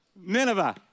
Nineveh